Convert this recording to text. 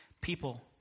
people